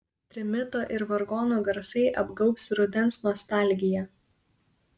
trimito ir vargonų garsai apgaubs rudens nostalgija